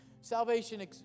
Salvation